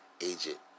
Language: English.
agent